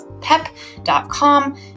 pep.com